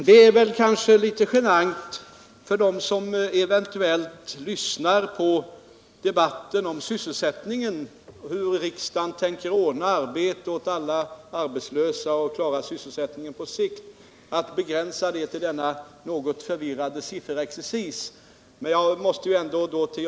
Herr talman! För dem som eventuellt följer debatten om sysselsättningen och om hur riksdagen tänker ordna arbete åt alla arbetslösa och klara sysselsättningen på sikt är det kanske litet genant att lyssna till hur debatten här begränsas till denna något förvirrande sifferexercis.